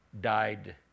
died